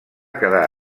quedar